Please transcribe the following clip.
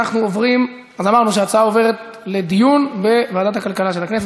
אמרנו שההצעה עוברת לדיון בוועדת הכלכלה של הכנסת.